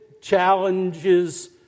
challenges